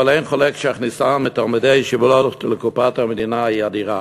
אבל אין חולק שההכנסה מתלמידי הישיבות לקופת המדינה היא אדירה.